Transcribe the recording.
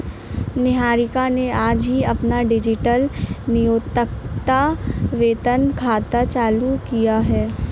निहारिका ने आज ही अपना डिजिटल नियोक्ता वेतन खाता चालू किया है